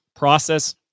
process